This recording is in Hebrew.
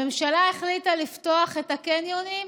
הממשלה החליטה לפתוח את הקניונים,